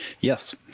yes